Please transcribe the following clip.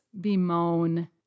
bemoan